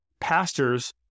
pastors